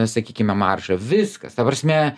sakykime marža viskas ta prasme